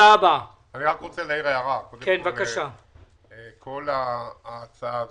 כל ההצעה נדונה.